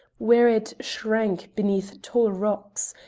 where it shrank beneath tall rocks,